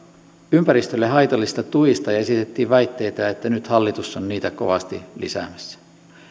ympäristölle haitallisista tuista ja esitettiin väitteitä että nyt hallitus on niitä kovasti lisäämässä